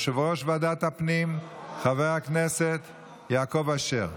יושב-ראש ועדת הפנים חבר הכנסת יעקב אשר.